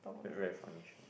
very that funny show